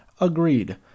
Agreed